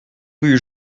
rue